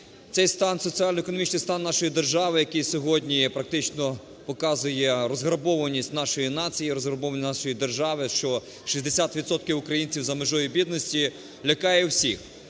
соціально-економічний стан нашої держави, який сьогодні практично показуєрозграбованість нашої нації, розграбованість нашої держави, що 60 відсотків українців за межею бідності, лякає всіх.